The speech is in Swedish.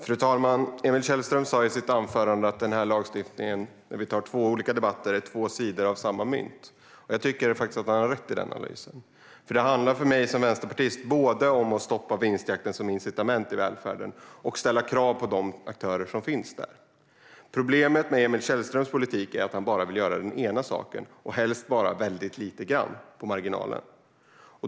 Fru talman! Emil Källström sa i sitt anförande att den här lagstiftningen är två sidor av samma mynt med tanke på att vi har två olika debatter. Jag tycker faktiskt att han har rätt i den analysen. För mig som vänsterpartist handlar det både om att stoppa vinstjakten som incitament i välfärden och om att ställa krav på de aktörer som finns där. Problemet med Emil Källströms politik är att han bara vill göra den ena saken och helst bara lite grann på marginalen.